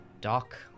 dock